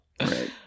Right